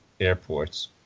airports